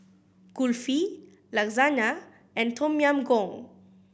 Kulfi Lasagna and Tom Yam Goong